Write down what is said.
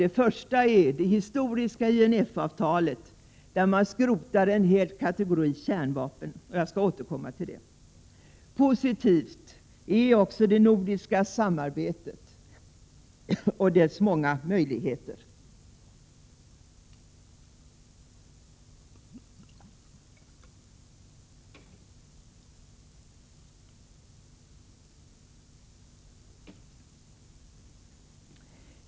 Det första är det historiska INF-avtalet där man skrotar en hel kategori kärnvapen. Jag skall återkomma till det. Positivt är också det nordiska samarbetet och dess många möjligheter.